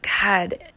God